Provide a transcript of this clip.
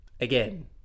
Again